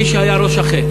מי שהיה ראש החץ